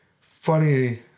funny